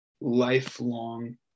lifelong